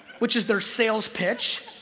which is their sales pitch